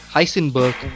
Heisenberg